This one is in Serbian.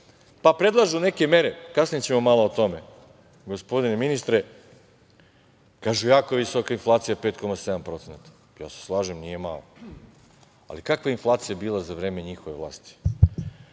predlažu neke mere, kasnije ćemo malo o tome. Gospodine ministre, kažu jako visoka inflacija 5,7%. Ja se slažem nije mala, ali kakva je inflacija bila za vreme njihove vlasti.U